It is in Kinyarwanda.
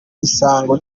isango